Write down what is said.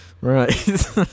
Right